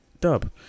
dub